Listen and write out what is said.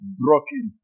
broken